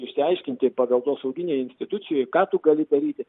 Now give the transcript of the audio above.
išsiaiškinti paveldosauginėj institucijoj ką tu gali daryti